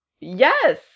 Yes